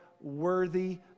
worthy